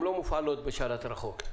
הן לא מופעלות בשלט רחוק.